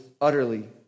utterly